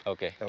Okay